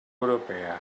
europea